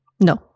no